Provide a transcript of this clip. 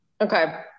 okay